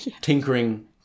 tinkering